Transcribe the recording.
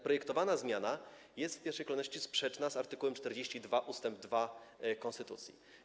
Projektowana zmiana jest w pierwszej kolejności sprzeczna z art. 42 ust. 2 konstytucji.